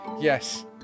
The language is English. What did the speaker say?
Yes